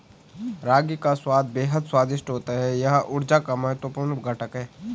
रागी का स्वाद बेहद स्वादिष्ट होता है यह ऊर्जा का महत्वपूर्ण घटक है